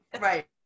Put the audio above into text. Right